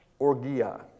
orgia